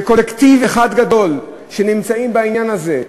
כקולקטיב אחד גדול שנמצא בעניין הזה.